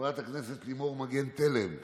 חברת הכנסת לימור מגן תלם,